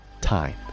time